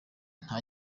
nta